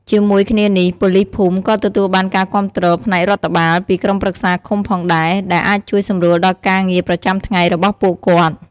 ជាមួយគ្នានេះ ប៉ូលីសភូមិក៏ ទទួលបានការគាំទ្រផ្នែករដ្ឋបាល ពីក្រុមប្រឹក្សាឃុំផងដែរ ដែលអាចជួយសម្រួលដល់ការងារប្រចាំថ្ងៃរបស់ពួកគាត់។